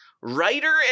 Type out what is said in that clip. writer